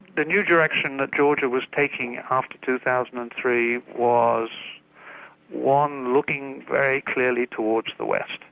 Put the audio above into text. the new direction that georgia was taking after two thousand and three was one looking very clearly towards the west.